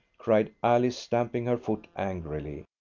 cried alice, stamping her foot angrily.